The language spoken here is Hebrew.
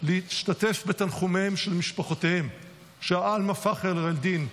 ולהשתתף בתנחומים למשפחותיהם של אלמא פח'ר אל-דין,